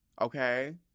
okay